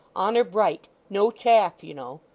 honour bright. no chaff, you know